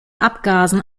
abgasen